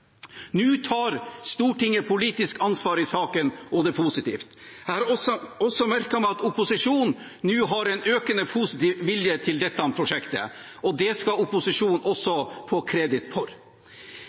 Nå tar Stortinget politisk ansvar i saken, og det er positivt. Jeg har også merket meg at opposisjonen nå har en økende positiv vilje til dette prosjektet, og det skal opposisjonen også